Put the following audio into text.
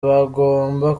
bagomba